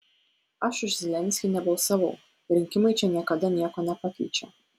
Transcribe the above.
aš už zelenskį nebalsavau rinkimai čia niekada nieko nepakeičia